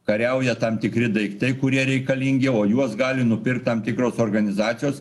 kariauja tam tikri daiktai kurie reikalingi o juos gali nupirkt tam tikros organizacijos